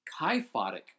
Kyphotic